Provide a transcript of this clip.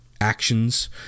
actions